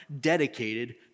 dedicated